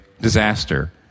disaster